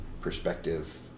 perspective